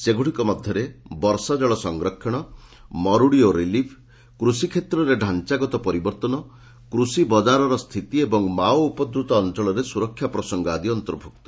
ସେଗୁଡ଼ିକ ମଧ୍ଘରେ ବର୍ଷା ଜଳ ସଂରକ୍ଷଣ ମରୁଡ଼ି ଓ ରିଲିଫ୍ କୃଷି କ୍ଷେତ୍ରରେ ଡାଞାଗତ ପରିବର୍ଭନ କୃଷି ବଜାରର ସ୍ଥିତି ଏବଂ ମାଓ ଉପଦ୍ରୁତ ଅଅଳରେ ସୁରକ୍ଷା ପ୍ରସଙ୍ଙ ଆଦି ଅନ୍ତର୍ଭୁକ୍ତ